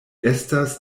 estas